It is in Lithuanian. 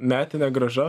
metinė grąža